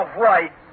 white